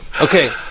Okay